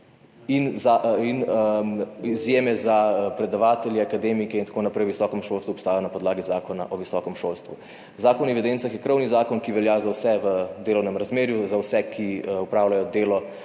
In izjeme za predavatelje, akademike in tako naprej v visokem šolstvu obstajajo na podlagi Zakona o visokem šolstvu. Zakon o evidencah je krovni zakon, ki velja za vse v delovnem razmerju, za vse, ki opravljajo delo,